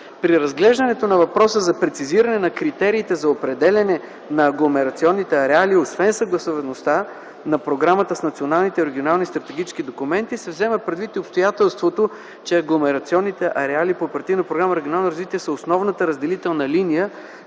При разглеждането на въпроса за прецизиране на критерии за определяне на агломерационните ареали освен съгласуваността на програмата с националните регионални стратегически документи, се вземат предвид и обстоятелствата, че агломерационните ареали по Оперативна програма „Регионално развитие” са основната разделителна линия